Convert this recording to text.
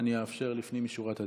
אני אאפשר לפנים משורת הדין.